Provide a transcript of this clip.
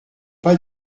pas